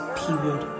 period